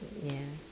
ya